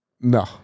No